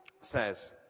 Says